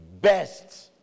best